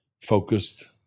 focused